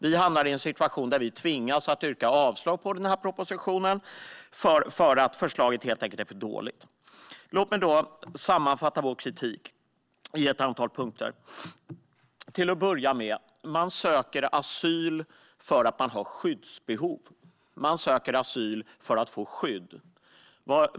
Vi hamnar i en situation där vi tvingas att yrka avslag på den här propositionen, eftersom förslaget helt enkelt är för dåligt. Jag kan sammanfatta vår kritik i ett antal punkter. Till att börja med: Man söker asyl för att man har skyddsbehov. Man söker asyl för att få skydd.